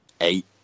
eight